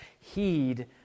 heed